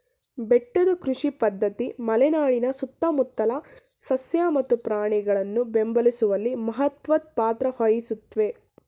ಬೆಟ್ಟದ ಕೃಷಿ ಪದ್ಧತಿ ಮಲೆನಾಡಿನ ಸುತ್ತಮುತ್ತಲ ಸಸ್ಯ ಮತ್ತು ಪ್ರಾಣಿಯನ್ನು ಬೆಂಬಲಿಸುವಲ್ಲಿ ಮಹತ್ವದ್ ಪಾತ್ರ ವಹಿಸುತ್ವೆ